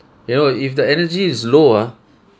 you know if the energy is low ah